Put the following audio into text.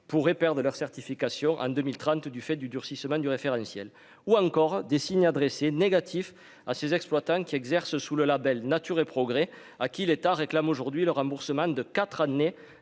pourraient perdent leur certification en 2030, du fait du durcissement du référentiel, ou encore des signes adressés négatif à ces exploitants qui exercent sous le Label Nature et Progrès, à qui l'État réclament aujourd'hui le remboursement de 4 années